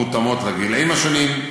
מותאמות לגילאים השונים,